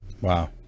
Wow